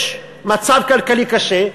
יש מצב כלכלי קשה,